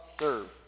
serve